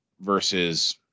versus